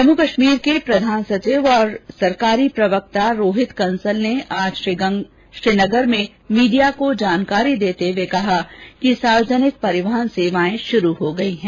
जम्मू कश्मीर के प्रधान सचिव और सरकारी प्रवक्ता रोहित कंसल ने आज श्रीनगर में मीडिया को जानकारी देते हुए कहा कि सार्वजनिक परिवहन सेवाए शुरू हो गई हैं